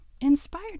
Inspired